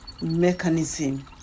mechanism